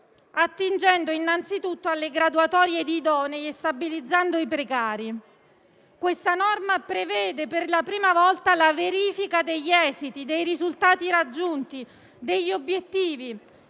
attingendo innanzitutto alle graduatorie di idonei e stabilizzando i precari. La norma prevede per la prima volta la verifica degli esiti, dei risultati raggiunti e degli obiettivi,